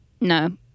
No